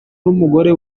n’umugore